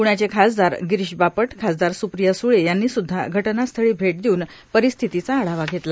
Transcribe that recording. पुण्याचे खासदार गिरीश बापट खासदार सुप्रिया सुळे यांनीसुद्धा घटनास्थळी भेट देऊन परिस्थितीचा आढावा घेतला